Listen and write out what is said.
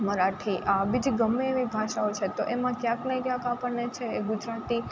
મરાઠી આ બીજી ગમે એવી ભાષાઓ છે તો એમાં ક્યાંકને ક્યાંક આપણને છે એ ગુજરાતી